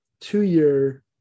two-year